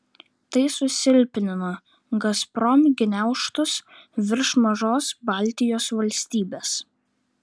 tai susilpnino gazprom gniaužtus virš mažos baltijos valstybės